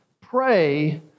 pray